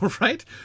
right